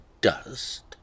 dust